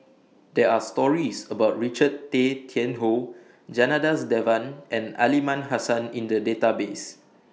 There Are stories about Richard Tay Tian Hoe Janadas Devan and Aliman Hassan in The Database